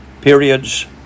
periods